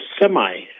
semi